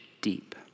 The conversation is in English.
deep